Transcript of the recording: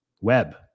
web